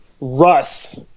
Russ